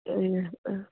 या आं